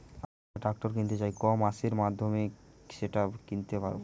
আমি একটা ট্রাক্টর কিনতে চাই ই কমার্সের মাধ্যমে কি আমি সেটা কিনতে পারব?